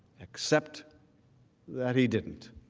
except that he didn't.